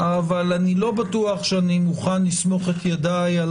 אבל אני לא בטוח שאני מוכן לסמוך את ידיי על